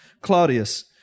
Claudius